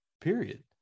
period